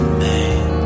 man